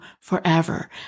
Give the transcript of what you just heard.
forever